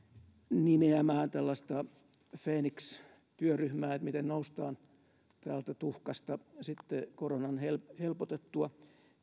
nimeämään tällaista feeniks työryhmää siihen miten sitten noustaan tuhkasta koronan helpotettua